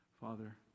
Father